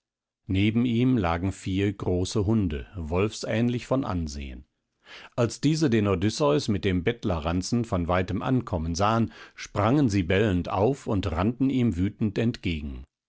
neben ihm lagen vier große hunde wolfsähnlich von ansehen als diese den odysseus mit dem bettlerranzen von weitem ankommen sahen sprangen sie bellend auf und rannten ihm wütend entgegen